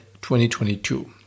2022